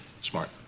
Smart